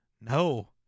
no